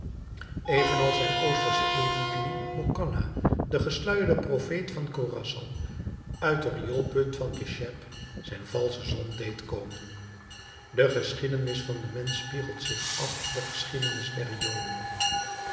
evenals zijn oostersche evenknie mokanna de gesluierde profeet van korassan uit den rioolput van kekhscheb zijn valsche zon deed komen de geschiedenis van den mensch spiegelt zich af in de geschiedenis der